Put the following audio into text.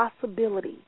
possibility